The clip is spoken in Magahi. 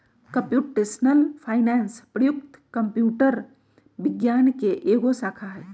कंप्यूटेशनल फाइनेंस प्रयुक्त कंप्यूटर विज्ञान के एगो शाखा हइ